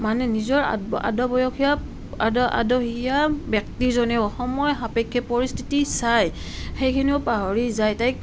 মানে নিজৰ আদবসীয়া আদহীয়া ব্যক্তিজনেও সময় সাপেক্ষে পৰিস্থিতি চাই সেইখিনিও পাহৰি যায় তাইক